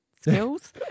skills